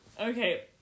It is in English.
okay